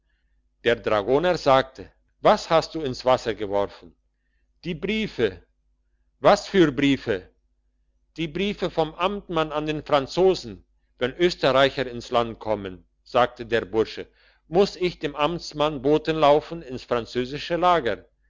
der dragoner sagte was hast du ins wasser geworfen die briefe was für briefe die briefe vom amtmann an die franzosen wenn österreicher ins land kommen sagte der bursche muss ich dem amtmann boten laufen ins französische lager